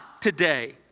today